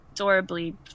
adorably